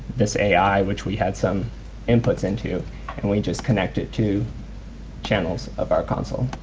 this ai which we had some inputs into and we just connect it to channels of our console.